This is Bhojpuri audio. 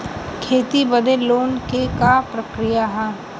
खेती बदे लोन के का प्रक्रिया ह?